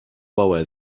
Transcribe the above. bauer